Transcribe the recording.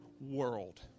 world